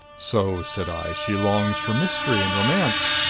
so, said i, she longs for mystery and romance.